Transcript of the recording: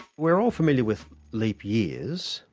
we're all familiar with leap years.